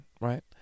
right